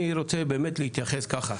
אני רוצה להתייחס ככה.